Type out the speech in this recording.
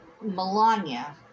Melania